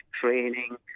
training